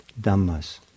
Dhammas